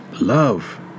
love